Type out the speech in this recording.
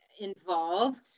involved